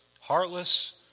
heartless